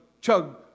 chug